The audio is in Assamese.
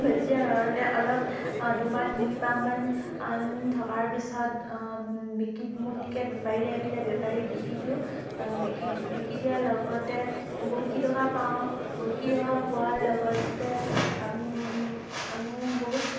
বেজী দিয়াৰ লগতে অলপ দুমাহ তিনিমাহমান থকাৰ পিছত বিকি মুঠকৈ বেপাৰী আহিলে বেপাৰীক বিকি দিওঁ বিকি বিকি দিয়াৰ লগতে বহুতকেইটকা পাওঁ বহুতকেইটকা পোৱাৰ লগতে আমি বহুত